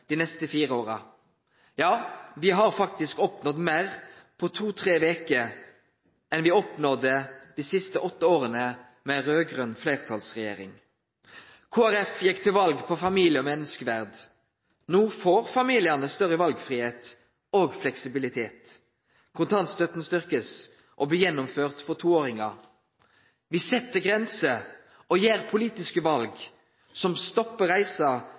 dei neste fire åra. Ja, me har faktisk oppnådd meir på to–tre veker enn ein oppnådde dei siste åtte åra med ei raud-grøn fleirtalsregjering. Kristeleg Folkeparti gjekk til val på familie- og menneskeverd. No får familiane større valfridom og fleksibilitet. Kontantstøtta blir styrkt og vil på nytt bli innført for toåringar. Me set grenser og gjer politiske val som